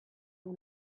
you